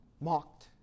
mocked